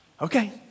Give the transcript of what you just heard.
Okay